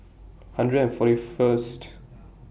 hundred and forty First